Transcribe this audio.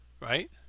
Right